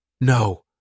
No